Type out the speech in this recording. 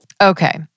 Okay